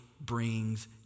brings